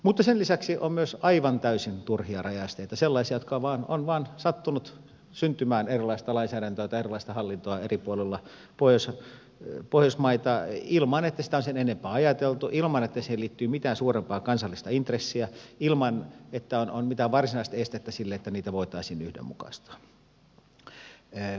mutta sen lisäksi on myös aivan täysin turhia rajaesteitä sellaisia jotka ovat vain sattuneet syntymään erilaista lainsäädäntöä tai erilaista hallintoa eri puolilla pohjoismaita ilman että sitä on sen enempää ajateltu ilman että siihen liittyy mitään suurempaa kansallista intressiä ilman että on mitään varsinaista estettä sille että niitä voitaisiin yhdenmukaistaa